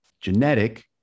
genetic